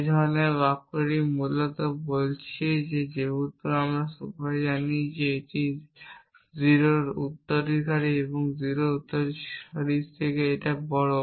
এই ধরনের বাক্যটি মূলত বলছে যেহেতু আমরা সবাই জানি যে 0 এর উত্তরসূরি 0 এর উত্তরসূরির উত্তরসূরির চেয়ে বড়